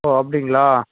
ஓ அப்படிங்களா